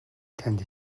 танд